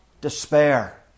despair